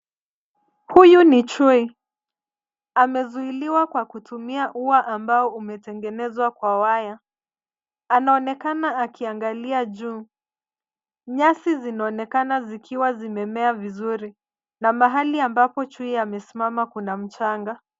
Huyu ni chui. Amezuiliwa kwa kutumia ua ambao umetengenezwa kwa waya. Anaonekana akiangalia juu. Nyasi zinaonekana zikiwa zimemea vizuri, na mahali ambapo chui amesimama kuna mchanga.